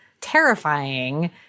terrifying